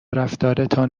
رفتارتان